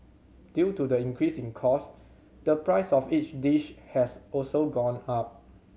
due to the increase in cost the price of each dish has also gone up